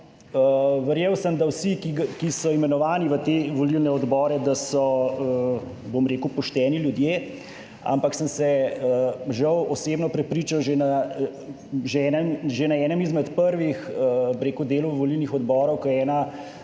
Verjel sem, da vsi, ki so imenovani v te volilne odbore, da so, bom rekel, pošteni ljudje, ampak sem se žal osebno prepričal že na že enem izmed prvih, bi rekel, delu volilnih odborov,